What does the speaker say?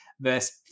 versus